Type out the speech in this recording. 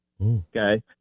Okay